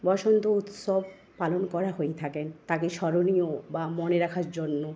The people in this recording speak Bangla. বসন্ত উৎসব পালন করা হয়ে থাকে তাকে স্মরণীয় বা মনে রাখার জন্য